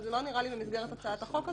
אבל זה לא נראה לי במסגרת הצעת החוק הזאת.